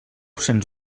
sens